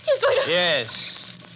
Yes